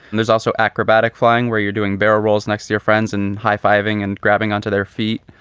and there's also acrobatic flying where you're doing better rolls next to your friends and high fiving and grabbing onto their feet.